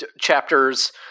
Chapters